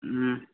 ம்